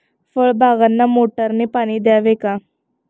फळबागांना मोटारने पाणी द्यावे का?